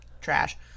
trash